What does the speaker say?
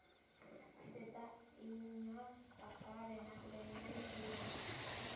ᱪᱮᱫᱟᱜ ᱤᱧᱟᱹᱜ ᱴᱟᱠᱟ ᱨᱮᱱᱟᱜ ᱞᱮᱱᱫᱮᱱ ᱦᱩᱭᱮᱱᱟ